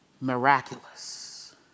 miraculous